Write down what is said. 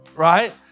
right